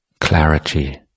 clarity